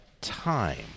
time